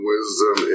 Wisdom